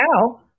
now